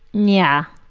yeah.